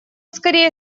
скорее